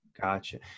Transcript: Gotcha